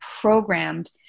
programmed